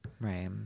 Right